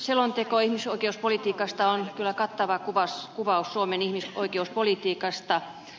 selonteko ihmisoikeuspolitiikasta on kyllä kattava kuvaus suomen ihmisoikeuspolitiikasta